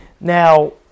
Now